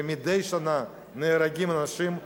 ומדי שנה נהרגים אנשים.